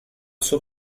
suo